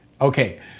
Okay